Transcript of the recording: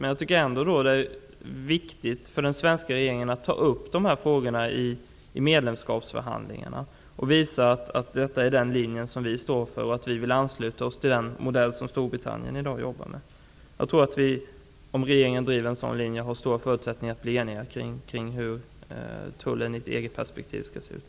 Men jag tycker ändå att det är viktigt att den svenska regeringen tar upp dessa frågor vid medlemskapsförhandlingarna och att man talar om vilken linje vi står för samt att vi vill ansluta oss till den modell som Storbritannien i dag jobbar efter. Om regeringen driver en sådan linje, tror jag att vi har stora förutsättningar att bli eniga kring frågan om hur Tullen i ett EG-perspektiv skall se ut.